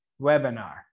webinar